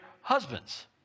husbands